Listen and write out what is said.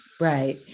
Right